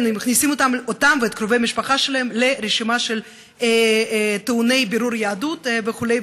מכניסים אותם ואת קרובי המשפחה שלהם לרשימה של טעוני בירור יהדות וכו',